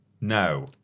No